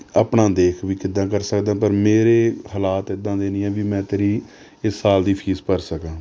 ਆਪਣਾ ਦੇਖ ਵੀ ਕਿੱਦਾਂ ਕਰ ਸਕਦਾ ਪਰ ਮੇਰੇ ਹਾਲਾਤ ਇੱਦਾਂ ਦੇ ਨਹੀਂ ਹੈ ਵੀ ਮੈਂ ਤੇਰੀ ਇਸ ਸਾਲ ਦੀ ਫੀਸ ਭਰ ਸਕਾਂ